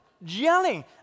yelling